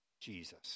Jesus